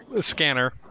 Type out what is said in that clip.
scanner